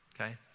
okay